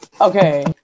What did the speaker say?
Okay